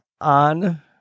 on